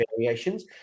variations